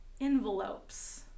envelopes